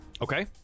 Okay